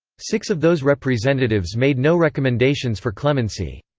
six of those representatives made no recommendations for clemency.